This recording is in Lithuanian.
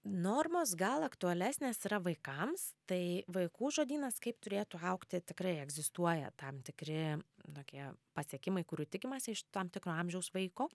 normos gal aktualesnės yra vaikams tai vaikų žodynas kaip turėtų augti tikrai egzistuoja tam tikri tokie pasiekimai kurių tikimasi iš tam tikro amžiaus vaiko